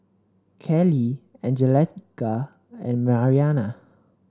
Kelley Angelica and Mariana